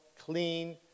clean